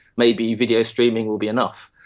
maybe video streaming will be enough.